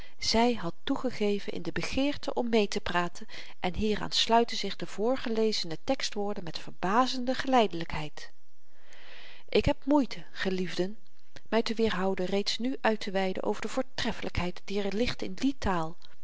zy had toegegeven in de begeerte om meetepraten en hieraan sluiten zich de voorgelezene tekstwoorden met verbazende geleidelykheid ik heb moeite geliefden my te weerhouden reeds nu uitteweiden over de voortreffelykheid die er ligt in die taal